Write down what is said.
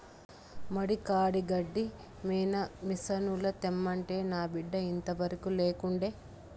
మడి కాడి గడ్డి మిసనుల తెమ్మంటే నా బిడ్డ ఇంతవరకూ లేకుండే